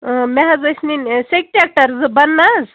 آ مےٚ حظ ٲسۍ نِنۍ سیٚکہِ ٹرٛٮ۪کٹَر زٕ بَنہٕ نہَ حظ